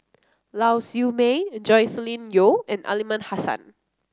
Lau Siew Mei Joscelin Yeo and Aliman Hassan